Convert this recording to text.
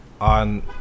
on